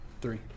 Three